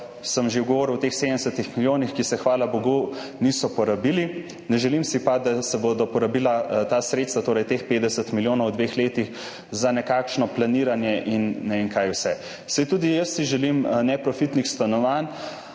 sem že govoril o teh 70 milijonih, ki se hvala bogu niso porabili. Ne želim si pa, da se bodo porabila ta sredstva, torej teh 50 milijonov v dveh letih za nekakšno planiranje in ne vem, kaj vse. Saj si tudi jaz želim neprofitnih stanovanj,